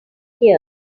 here